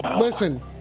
listen